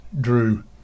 Drew